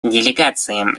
делегациям